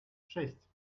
шесть